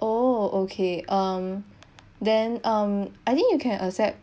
oh okay um then um I think you can accept